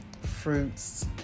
fruits